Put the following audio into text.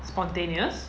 spontaneous